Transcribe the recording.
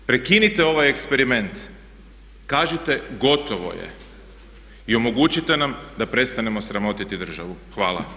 Prekinite ovaj eksperiment, kažite gotovo je i omogućite nam da prestanemo sramotiti državu.